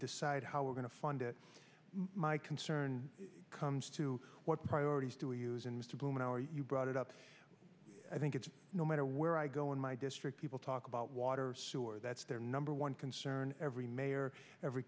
decide how we're going to fund it my concern comes to what priorities do we use and mr berman are you brought it up i think it's no matter where i go in my district people talk about water sewer that's their number one concern every mayor every